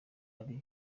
aribo